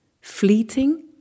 fleeting